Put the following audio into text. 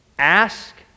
Ask